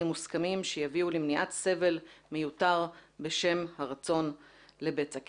מוסכמים שיביאו למניעת סבל מיותר בשם הרצון לבצע כסף.